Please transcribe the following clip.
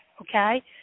okay